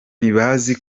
ntibazi